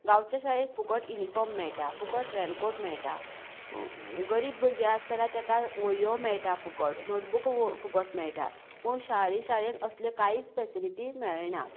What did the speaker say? गांवचे शाळेंत फुकट युनीफाॅर्म मेळटा फुकट रेनकाॅट मेळटा गरीब भुरगें आसा जाल्यार तेका व्हंयो मेळटा फुकट नाॅटबूक फुकट मेळटात पूण शारी शाळेंत असलें कांयच फेसिलिटी मेळनात